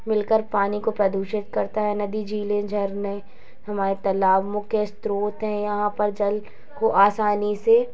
मिलकर पानी को प्रदूषित करता है नदी झीले झरने हमारे तालाब मुख्य स्रोत है यहाँ पर जल को आसानी से